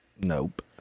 Nope